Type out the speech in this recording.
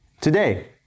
today